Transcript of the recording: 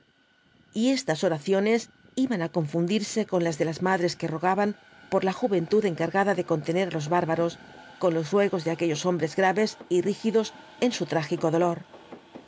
ibáñkz estas oraciones iban á confundirse con las de las madres que rogaban por la juventud encargada de contener á los bárbaros con los ruegos de aquellos hombres graves y rígidos en su trágico dolor